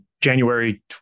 January